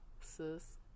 sis